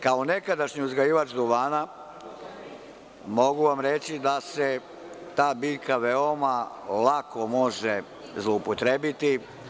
Kao nekadašnji uzgajivač duvana mogu vam reći da se ta biljka veoma lako može zloupotrebiti.